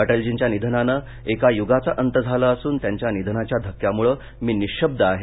अटलजींच्या निधनानं एका युगाचा अंत झाला असून त्यांच्या निधनाच्या धक्क्यामुळे मी निःशब्द आहे